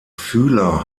fühler